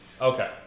Okay